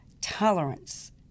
tolerance